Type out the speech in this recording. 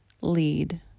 lead